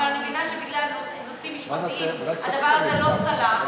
אבל אני מבינה שבגלל נושאים משפטיים העניין הזה לא צלח.